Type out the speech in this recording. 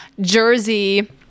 jersey